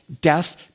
death